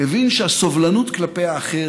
הבין שהסובלנות כלפי האחר,